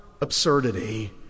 absurdity